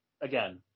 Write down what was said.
Again